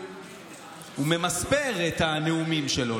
שממספר את הנאומים שלו.